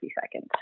seconds